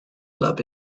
club